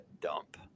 dump